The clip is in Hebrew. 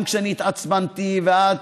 גם כשאני התעצבנתי, ואת,